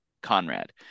conrad